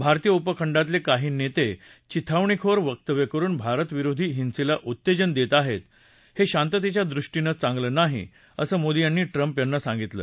भारतीय उपखंडातले काही नेते चिथावणीखोर वक्तव्य करुन भारताविरुद्ध हिंसेला उत्तेजन देत आहेत हे शांततेच्या दृष्टीनं चांगलं नाही असं मोदी यांनी ट्रम्प यांना सांगितलं